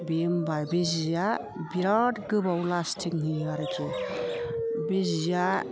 बे होनबा बे जिया बिराथ गोबाव लासटिं होयो आरखि बे जिया